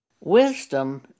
Wisdom